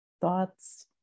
thoughts